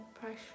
pressure